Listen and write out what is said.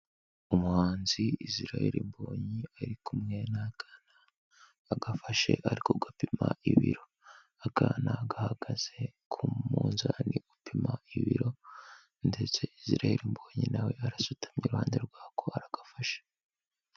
Umuhanzi Israel Mbonyi ari kumwe n'akana, agafashe ari kugapima ibiro, akana gahagaze ku munzani upima ibiro ndetse Israel Mbonyi na we arasutamye, iruhande rwako aragafasha.